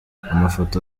amafoto